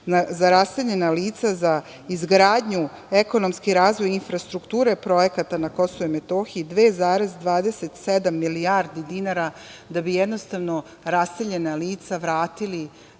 za raseljena lica za izgradnju, ekonomski razvoj i infrastrukturu projekata na KiM 2,27 milijardi dinara da bi raseljena lica vratili